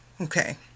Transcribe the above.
Okay